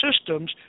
systems